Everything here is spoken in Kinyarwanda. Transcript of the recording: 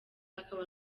akaba